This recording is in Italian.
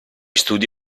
studi